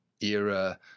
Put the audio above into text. era